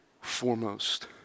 foremost